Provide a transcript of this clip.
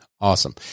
Awesome